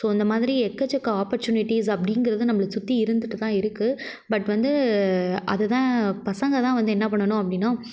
so இந்த மாதிரி எக்கச்சக்க ஆப்பர்ச்சுனிட்டிஸ் அப்படிங்கறது நம்மளை சுற்றி இருந்துட்டுதான் இருக்குது பட் வந்து அதுதான் பசங்கள்தான் வந்து என்ன பண்ணணும் அப்படினா